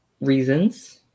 reasons